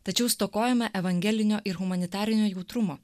tačiau stokojame evangelinio ir humanitarinio jautrumo